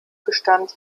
bestand